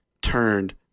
turned